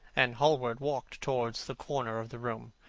and hallward walked towards the corner of the room.